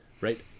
Right